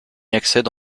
accède